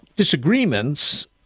disagreements